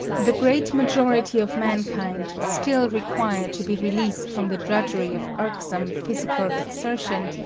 the great majority of mankind still require to be released from the drudgery of irksome, physical exertion,